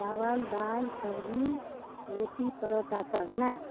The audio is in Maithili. चाबल दालि सब्जी रोटी परौठा सब ने